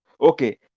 Okay